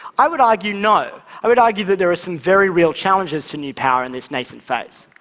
i would argue no. i would argue that there are some very real challenges to new power in this nascent phase.